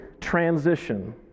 transition